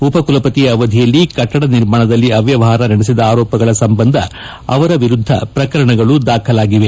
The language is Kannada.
ಉಪಕುಲಪತಿ ಅವಧಿಯಲ್ಲಿ ಕಟ್ನಡ ನಿರ್ಮಾಣದಲ್ಲಿ ಅವ್ವವಹಾರ ನಡೆಸಿದ ಆರೋಪಗಳ ಸಂಬಂಧ ಅವರ ವಿರುದ್ಧ ಪಕರಣಗಳು ದಾಖಲಾಗಿವೆ